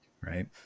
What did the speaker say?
right